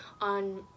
on